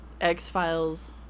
X-Files